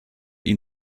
ihn